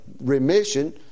remission